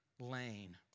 lane